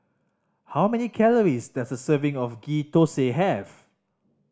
how many calories does a serving of Ghee Thosai have